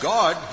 God